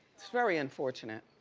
it's very unfortunate.